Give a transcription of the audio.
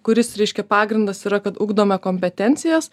kuris reiškia pagrindas yra kad ugdome kompetencijas